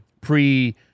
Pre